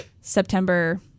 September